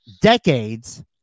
decades